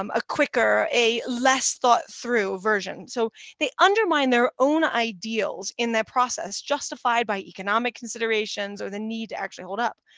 um a quicker, a less thought through version. so they undermine their own ideals in that process, justified by economic considerations or the need to actually hold up.